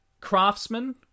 Craftsman